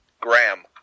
gram